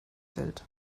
welt